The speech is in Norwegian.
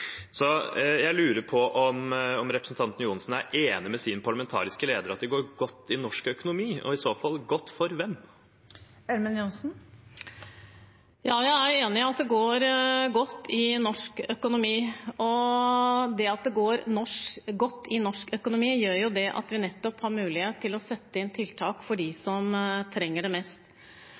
så fall godt for hvem. Jeg er enig i at det går godt i norsk økonomi, og det at det går godt i norsk økonomi, gjør at vi nettopp har mulighet til å sette inn tiltak for dem som trenger det mest.